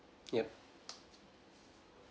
yup